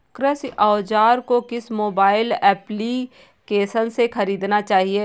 कृषि औज़ार को किस मोबाइल एप्पलीकेशन से ख़रीदना चाहिए?